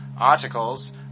articles